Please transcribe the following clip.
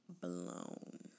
blown